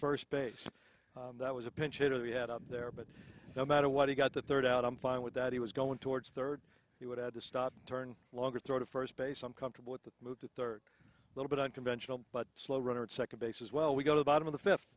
first base that was a pinch hitter you had out there but no matter what he got the third out i'm fine with that he was going towards third he would have to stop turn longer throw to first base i'm comfortable with the move to a little bit unconventional but slow runner at second base as well we go to the bottom of the fifth